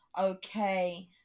Okay